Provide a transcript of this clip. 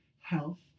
health